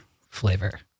flavor